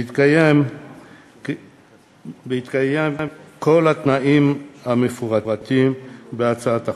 בהתקיים כל התנאים המפורטים בהצעת החוק.